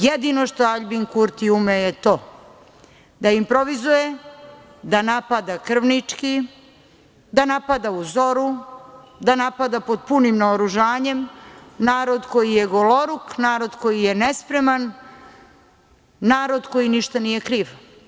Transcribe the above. Jedino što Aljbin Kurti ume je to da improvizuje, da napada krvnički, da napada u zoru, da napada pod punim naoružanjem narod koji je goloruk, narod koji je nespreman, narod koji ništa nije kriv.